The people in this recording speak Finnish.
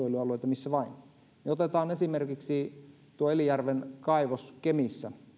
sinänsä olla luonnonsuojelualueita missä vain otetaan esimerkiksi elijärven kaivos kemissä